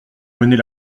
mener